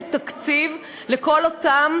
שבגללם התנינו מתן תקציב לכל אותם